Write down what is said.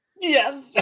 Yes